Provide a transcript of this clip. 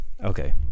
okay